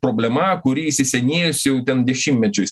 problema kuri įsisenėjus jau dešimtmečius